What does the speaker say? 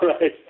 right